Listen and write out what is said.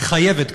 היא חייבת,